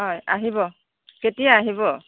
হয় আহিব কেতিয়া আহিব